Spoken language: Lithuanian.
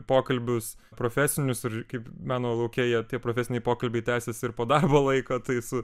pokalbius profesinius ir kaip meno lauke jie tie profesiniai pokalbiai tęsiasi ir po darbo laiko tai su